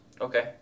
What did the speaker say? Okay